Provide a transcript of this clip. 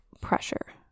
pressure